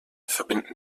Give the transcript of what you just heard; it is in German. verbinden